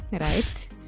right